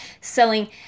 selling